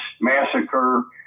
Massacre